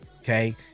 okay